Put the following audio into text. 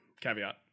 caveat